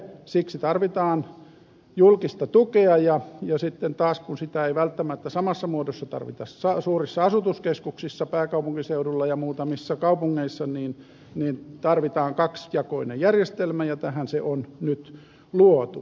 siksi tarvitaan julkista tukea ja sitten taas kun sitä ei välttämättä samassa muodossa tarvita suurissa asutuskeskuksissa pääkaupunkiseudulla ja muutamissa kaupungeissa tarvitaan kaksijakoinen järjestelmä ja tähän se on nyt luotu